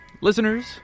listeners